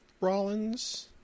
Rollins